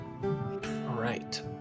right